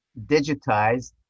digitized